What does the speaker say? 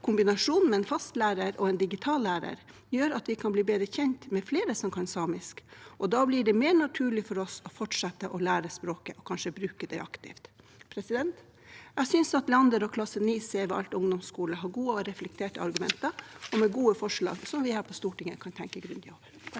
Kombinasjonen med en fast lærer og en digital lærer gjør at man kan bli bedre kjent med flere som kan samisk, og da blir det mer naturlig for dem å fortsette å lære språket og kanskje bruke det aktivt. Jeg synes Leander og klasse 9c ved Alta ungdomsskole har gode og reflekterte argumenter og gode forslag vi her på Stortinget kan tenke grundig over.